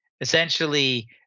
essentially